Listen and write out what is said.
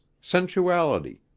sensuality